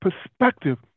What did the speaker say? perspective